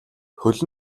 хөл